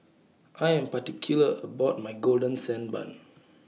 I Am particular about My Golden Sand Bun